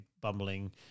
bumbling